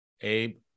abe